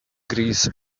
grease